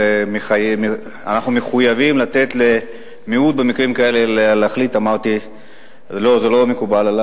ואנחנו מחויבים לתת למיעוט להחליט במקרים כאלה.